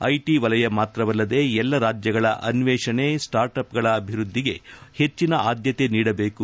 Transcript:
IT ವಲಯ ಮಾತ್ರವಲ್ಲದೆ ಎಲ್ಲ ರಾಜ್ಯಗಳ ಅನ್ವೇಷಣೆ ಸ್ಟಾರ್ಟ್ ಅಪ್ ಗಳ ಅಭಿವೃದ್ಧಿಗೆ ಹೆಚ್ಚಿನ ಆದ್ದತೆ ನೀಡಬೇಕು